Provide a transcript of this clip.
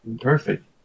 Perfect